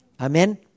Amen